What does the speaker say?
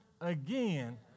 again